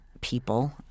people